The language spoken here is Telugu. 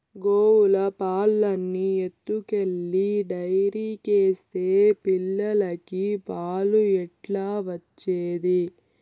గోవుల పాలన్నీ ఎత్తుకెళ్లి డైరీకేస్తే పిల్లలకి పాలు ఎట్లా వచ్చేది